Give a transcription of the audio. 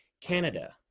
Canada